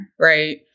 right